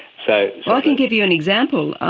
so ah i can give you an example.